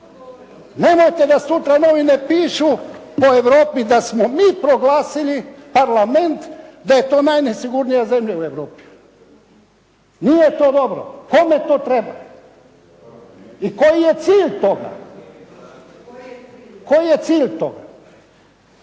Nemojte da sutra novine pišu po Europi da smo mi proglasili, Parlament da je to najnesigurnija zemlja u Europi. Nije to dobro. Kome to treba i koji je cilj toga? Koji je cilj toga?